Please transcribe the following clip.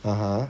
(uh huh)